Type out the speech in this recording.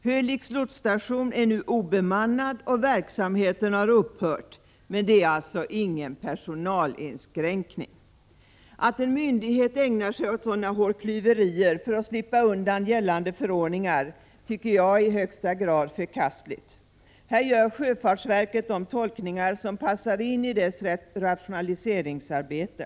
Hölicks lotsstation är nu obemannad, och verksamheten har upphört. Men detta är alltså ingen personalinskränkning! Att en myndighet ägnar sig åt sådana hårklyverier för att slippa undan gällande förordningar är i högsta grad förkastligt. Här gör sjöfartsverket de tolkningar som passar in i dess rationaliseringsarbete.